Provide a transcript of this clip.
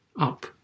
up